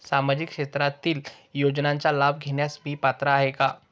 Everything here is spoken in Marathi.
सामाजिक क्षेत्रातील योजनांचा लाभ घेण्यास मी पात्र आहे का?